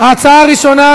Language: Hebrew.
ההצעה הראשונה,